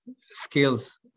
skills